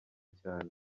cyane